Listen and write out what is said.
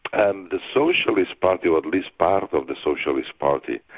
and the socialist party or at least part of of the socialist party,